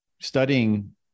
studying